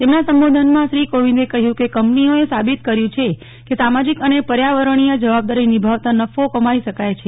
તેમના સંબોધનમાં શ્રી કોવિંદે કહ્યું કે કંપનીઓએ સાબીત કર્યું છે કે સામાજિક અને પર્યાવરણીય જવાબદારી નિભાવતા નફો કમાઈ શકાય છે